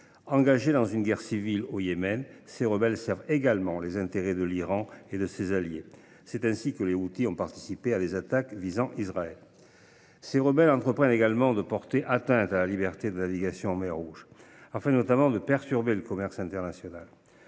Engagés dans une guerre civile au Yémen, ces rebelles servent également les intérêts de l’Iran et de ses alliés. C’est ainsi qu’ils ont participé à des attaques visant Israël. Les Houthis entreprennent également de porter atteinte à la liberté de navigation en mer Rouge, afin notamment de perturber le commerce international.